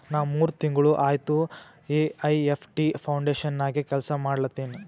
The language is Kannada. ನಾ ಮೂರ್ ತಿಂಗುಳ ಆಯ್ತ ಎ.ಐ.ಎಫ್.ಟಿ ಫೌಂಡೇಶನ್ ನಾಗೆ ಕೆಲ್ಸಾ ಮಾಡ್ಲತಿನಿ